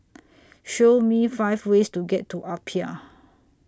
Show Me five ways to get to Apia